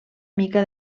mica